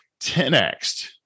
10x